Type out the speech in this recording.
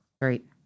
Great